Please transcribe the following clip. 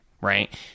right